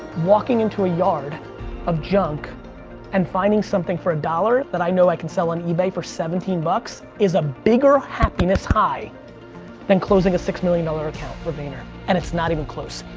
walking into a yard of junk and finding something for a dollar that i know i can sell on ebay for seventeen bucks. it's a bigger happiness high than closing a six million dollar account for vayner. and it's not even close.